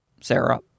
Sarah